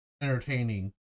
entertaining